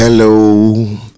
Hello